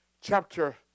Chapter